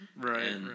Right